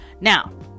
now